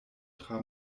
tra